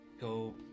Go